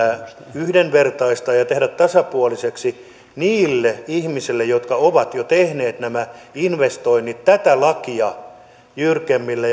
yhdenvertaistaa ja ja tehdä tämä tasapuoliseksi niille ihmisille jotka ovat jo tehneet nämä investoinnit tätä lakia jyrkemmillä